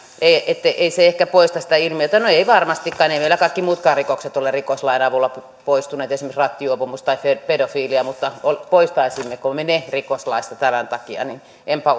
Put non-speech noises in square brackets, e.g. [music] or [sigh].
ei se ehkä poista sitä ilmiötä no ei varmastikaan eivät meillä kaikki muutkaan rikokset ole rikoslain avulla poistuneet esimerkiksi rattijuopumus tai pedofilia mutta poistaisimmeko me ne rikoslaista tämän takia niin enpä [unintelligible]